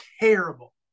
terrible